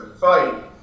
fight